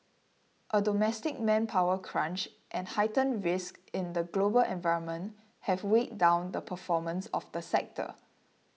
a domestic manpower crunch and heightened risks in the global environment have weighed down the performance of the sector